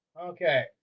Okay